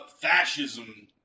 fascism